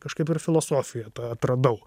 kažkaip ir filosofiją atradau